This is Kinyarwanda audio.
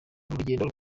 rugendo